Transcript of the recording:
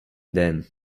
dan